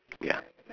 ya